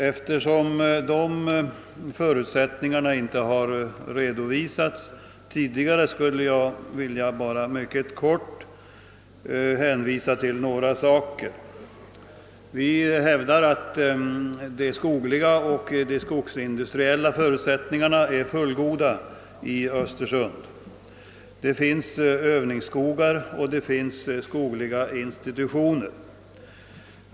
Eftersom dessa förutsättningar tidigare inte redovisats skall jag helt kortfattat be att få göra det. Motionärerna hävdar att de skogliga och skogsindustriella förutsättningarna i Östersund är fullgoda. Där finns Öövningsskogar och skogliga institutioner.